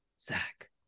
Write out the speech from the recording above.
Zach